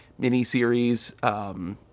miniseries